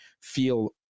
feel